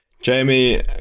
Jamie